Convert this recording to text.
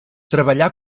treballà